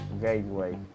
Gateway